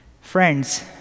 Friends